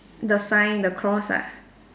the sign the cross ah